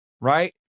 right